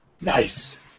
Nice